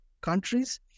countries